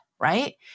right